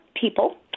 people